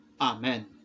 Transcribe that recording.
amen